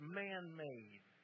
man-made